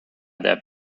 their